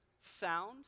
found